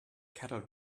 kettle